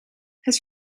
het